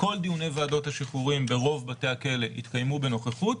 כל דיוני ועדות השחרורים ברוב בתי הכלא התקיימו בנוכחות,